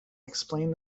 explained